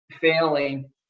failing